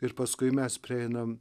ir paskui mes prieinam